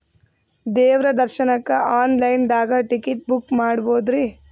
ದೇವ್ರ ದರ್ಶನಕ್ಕ online ದಾಗ ಟಿಕೆಟ ಬುಕ್ಕ ಮಾಡ್ಬೊದ್ರಿ?